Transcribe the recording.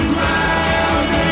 miles